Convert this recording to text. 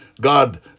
God